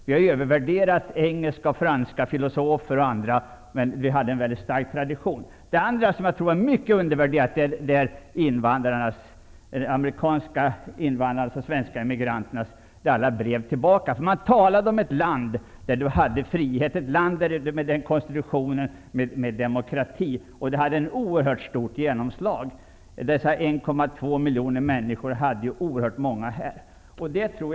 Vi har övervärderat engelska och franska filosofer -- vi hade själva en stark tradition. En annan faktor som jag tror är undervärderad i den svenska demokratins tillkomst är alla de brev som kom från de svenska invandrarna i Amerika. Man talade där om landets frihet, om dess konstitution och om dess demokrati, och det fick ett oerhört stort genomslag. De 1,2 miljoner människorna hade oerhört många kontakter här.